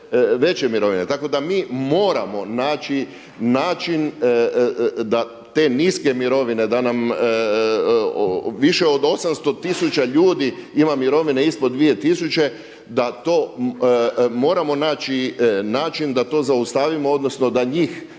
tako da mi moramo naći način da te niske mirovine da nam više od 800 tisuća ljudi ima mirovine ispod dvije tisuće da to moramo naći način da to zaustavimo odnosno da njih